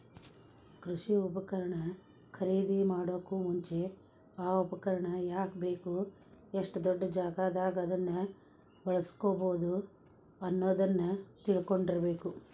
ಕೃಷಿ ಉಪಕರಣ ಖರೇದಿಮಾಡೋಕು ಮುಂಚೆ, ಆ ಉಪಕರಣ ಯಾಕ ಬೇಕು, ಎಷ್ಟು ದೊಡ್ಡಜಾಗಾದಾಗ ಅದನ್ನ ಬಳ್ಸಬೋದು ಅನ್ನೋದನ್ನ ತಿಳ್ಕೊಂಡಿರಬೇಕು